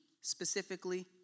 specifically